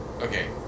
Okay